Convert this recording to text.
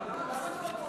למה דמגוגיה?